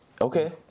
Okay